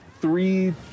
three